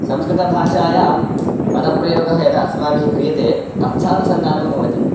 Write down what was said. संस्कृतभाषायां पदप्रयोगः यदा अस्माभिः क्रियते अर्थानुसन्धानं भवति